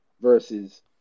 versus